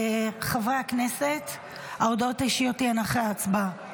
חברי הכנסת, ההודעות האישיות תהיינה אחרי ההצבעה.